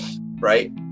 Right